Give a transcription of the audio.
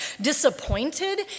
Disappointed